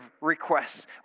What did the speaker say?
requests